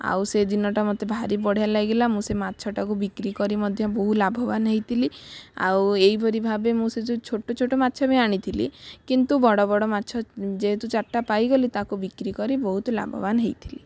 ଆଉ ସେ ଦିନଟା ମୋତେ ଭାରି ବଢ଼ିଆ ଲାଗିଲା ମୁଁ ସେ ମାଛଟାକୁ ବିକ୍ରି କରି ମଧ୍ୟ ବହୁ ଲାଭବାନ ହେଇଥିଲି ଆଉ ଏହିପରି ଭାବେ ମୁଁ ସେ ଯୋଉ ଛୋଟ ଛୋଟ ମାଛ ବି ଆଣିଥିଲି କିନ୍ତୁ ବଡ଼ ବଡ଼ ମାଛ ଯେହେତୁ ଚାରିଟା ପାଇଗଲି ତାକୁ ବିକ୍ରିକରି ବହୁତ ଲାଭବାନ ହେଇଥିଲି